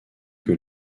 que